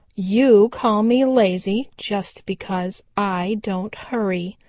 you call me lazy just because i don't hurry.